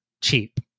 cheap